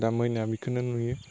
दा मेइनआ बेखौनो नुयो